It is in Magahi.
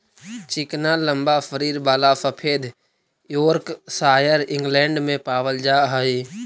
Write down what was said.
चिकना लम्बा शरीर वाला सफेद योर्कशायर इंग्लैण्ड में पावल जा हई